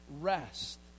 Rest